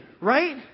right